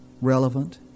relevant